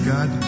God